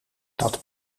dat